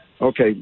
Okay